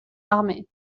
armée